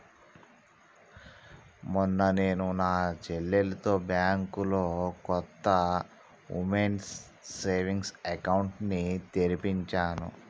మొన్న నేను నా చెల్లితో బ్యాంకులో కొత్త ఉమెన్స్ సేవింగ్స్ అకౌంట్ ని తెరిపించాను